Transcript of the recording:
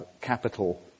capital